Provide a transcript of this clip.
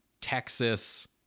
Texas